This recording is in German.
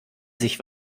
sich